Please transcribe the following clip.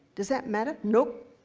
does that matter? no.